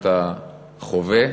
שאתה חווה,